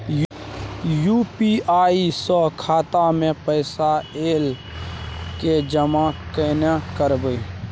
UPI स खाता मे पैसा ऐल के जाँच केने करबै?